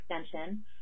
Extension